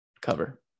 cover